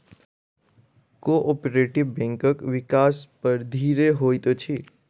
cooperative बैंकक विकास बड़ धीरे होइत अछि